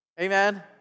Amen